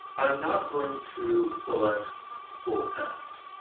i'm not going to select full text.